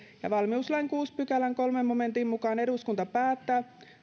valmiuslain kuudennen pykälän kolmannen momentin mukaan eduskunta päättää